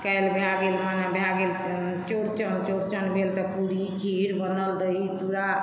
काल्हि भए गेल बिहान भए गेल चौड़चन चौड़चन भेल तऽ पूरी खीर बनल दही चूड़ा